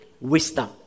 Wisdom